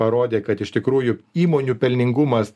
parodė kad iš tikrųjų įmonių pelningumas